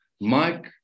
Mike